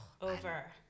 Over